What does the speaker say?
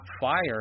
fire